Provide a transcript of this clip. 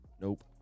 Nope